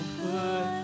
put